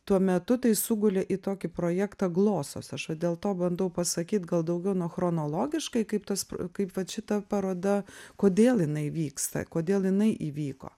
tuo metu tai sugulė į tokį projektą glosos aš va dėl to bandau pasakyt gal daugiau na chronologiškai kaip tas kaip vat šita paroda kodėl jinai vyksta kodėl jinai įvyko